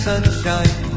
Sunshine